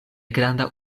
granda